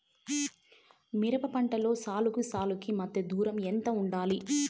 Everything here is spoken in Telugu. మిరప పంటలో సాలుకి సాలుకీ మధ్య దూరం ఎంత వుండాలి?